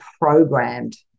programmed